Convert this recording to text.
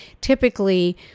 typically